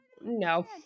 No